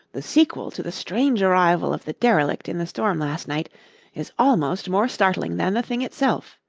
the sequel to the strange arrival of the derelict in the storm last night is almost more startling than the thing itself.